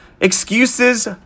Excuses